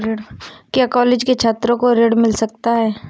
क्या कॉलेज के छात्रो को ऋण मिल सकता है?